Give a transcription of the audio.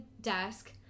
desk